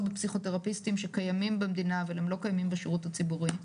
בפסיכותרפיסטים שקיימים במדינה אבל הם לא קיימים בשירות הציבורי,